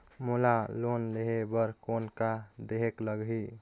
मोला लोन लेहे बर कौन का देहेक लगही?